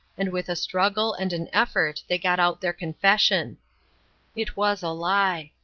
and with a struggle and an effort they got out their confession it was a lie.